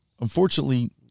unfortunately